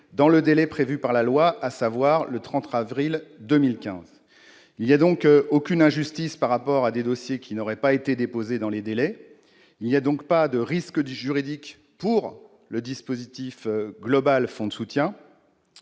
dans le délai prévu par la loi, à savoir le 30 avril 2015. Cette mesure ne créerait aucune injustice par rapport à des dossiers qui n'auraient pas été déposés dans les délais ni aucun risque juridique pour le dispositif global du fonds de soutien